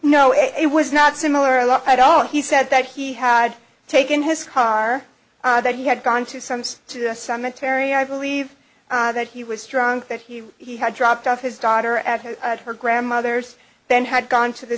know it was not similar look at all he said that he had taken his car that he had gone to sums to a cemetery i believe that he was drunk that he he had dropped off his daughter at her grandmother's then had gone to the